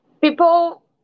People